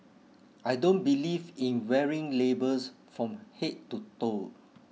I don't believe in wearing labels from head to toe